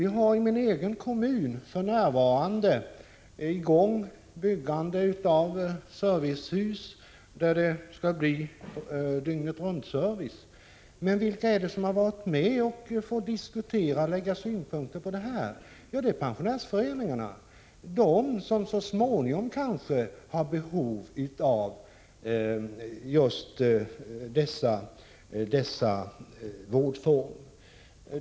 Vi har i min egen kommun för närvarande i gång byggandet av ett servicehus, där det skall bli dygnet-runt-service. Vilka är det då som har varit med och fått diskutera och lägga synpunkter på detta? Jo, pensionärsföreningarna, företrädare för dem som kanske så småningom får behov av just dessa vårdformer.